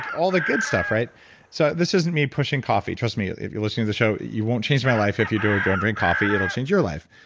all the good stuff so this isn't me pushing coffee, trust me. if you're listening to the show, you won't change my life if you don't don't drink coffee. it'll change your life.